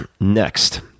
Next